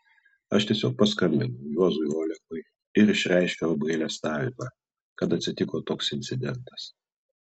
aš tiesiog paskambinau juozui olekui ir išreiškiau apgailestavimą kad atsitiko toks incidentas